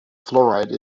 fluoride